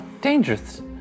dangerous